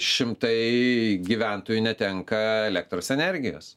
šimtai gyventojų netenka elektros energijos